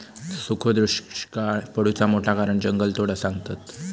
सुखो दुष्काक पडुचा मोठा कारण जंगलतोड सांगतत